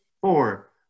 four